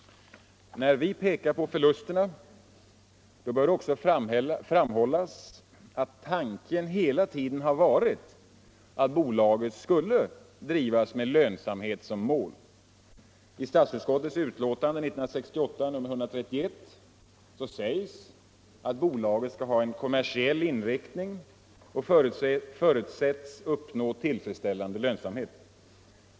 När vi pekar på förlusterna bör det också framhållas att tanken hela tiden varit att bolaget skulle drivas med lönsamhet som mål. I statsutskottets utlåtande 1968:131 sägs att bolaget skall ha en kommersiell inriktning och förutsätts uppnå tillfredsställande lönsamhet.